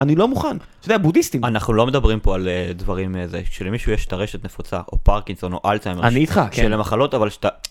אני לא מוכן, שזה היה בודהיסטים. אנחנו לא מדברים פה על דברים איזה, כשלמישהו יש טרשת נפוצה, או פרקינסון, או אלצהיימר. אני איתך. שזה מחלות אבל שאתה...